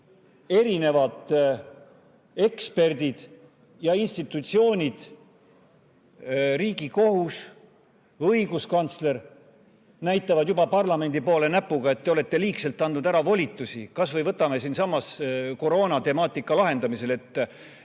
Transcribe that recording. erinevad eksperdid ja institutsioonid. Riigikohus ja õiguskantsler näitavad juba parlamendi poole näpuga, et te olete volitusi liigselt ära andnud. Kas või võtame siinsamas koroonatemaatika lahendamise.